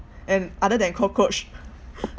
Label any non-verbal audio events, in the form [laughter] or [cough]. and other than cockroach [laughs]